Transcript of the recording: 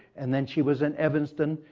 and then she was in evanston.